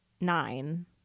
nine